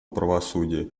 правосудия